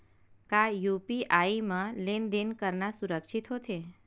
का यू.पी.आई म लेन देन करना सुरक्षित होथे?